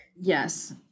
Yes